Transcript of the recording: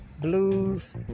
blues